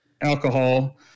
alcohol